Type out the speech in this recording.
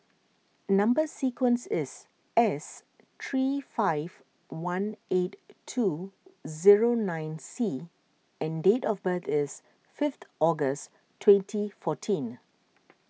Number Sequence is S three five one eight two zero nine C and date of birth is fifth August twenty fourteen